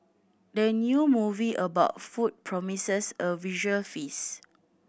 the new movie about food promises a visual feast